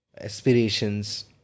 aspirations